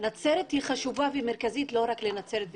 נצרת היא חשובה ומרכזית לא רק לנצרת ותושביה.